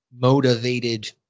motivated